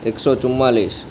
એકસો ચુમ્માળીસ